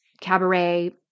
cabaret